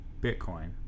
Bitcoin